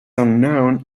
unknown